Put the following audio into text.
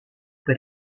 per